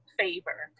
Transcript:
favor